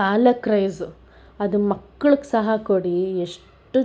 ಪಾಲಕ್ rice ಅದು ಮಕ್ಳಿಗೆ ಸಹ ಕೊಡಿ ಎಷ್ಟು